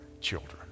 children